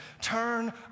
turn